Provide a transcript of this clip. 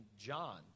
John